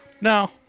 No